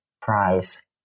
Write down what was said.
prize